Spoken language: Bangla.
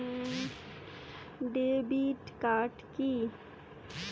Debit card key?